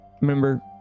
Remember